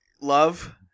Love